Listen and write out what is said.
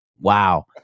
Wow